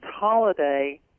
holiday